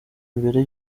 mbere